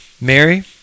Mary